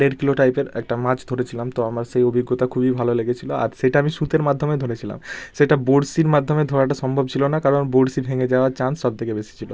ডের কিলো টাইপের একটা মাছ ধরেছিলাম তো আমার সেই অভিজ্ঞতা খুবই ভালো লেগেছিলো আর সেইটা আমি সুতের মাধ্যমে ধরেছিলাম সেটা বড়শির মাধ্যমে ধরাটা সম্ভব ছিলো না কারণ বড়শি ভেঙে যাওয়ার চান্স সব থেকে বেশি ছিলো